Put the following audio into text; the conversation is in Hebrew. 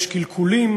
יש קלקולים,